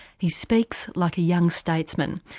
he speaks like a young statesman,